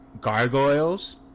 Gargoyles